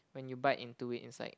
when you bite into it inside